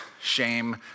shame